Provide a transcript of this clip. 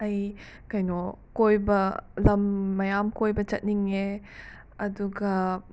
ꯑꯩ ꯀꯩꯅꯣ ꯀꯣꯏꯕ ꯂꯝ ꯃꯌꯥꯝ ꯀꯣꯏꯕ ꯆꯠꯅꯤꯡꯉꯦ ꯑꯗꯨꯒ